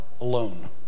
alone